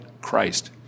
Christ